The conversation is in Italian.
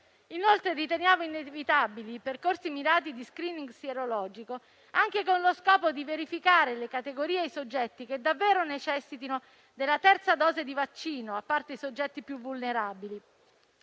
Inoltre, riteniamo inevitabili percorsi mirati di *screening* sierologico, anche con lo scopo di verificare le categorie e i soggetti che davvero necessitino della terza dose di vaccino, a parte i soggetti più vulnerabili,